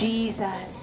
Jesus